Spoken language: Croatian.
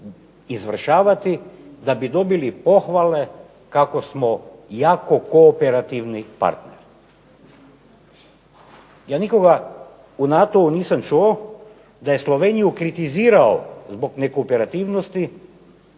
izvršavati da bi dobili pohvale kako smo jako kooperativni partner. Ja nikoga u NATO-u nisam čuo da je Sloveniju kritizirao zbog nekooperativnosti